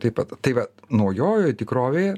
taip pat tai vat naujojoje tikrovėje